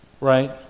right